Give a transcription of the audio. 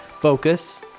focus